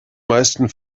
meisten